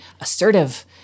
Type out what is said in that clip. assertive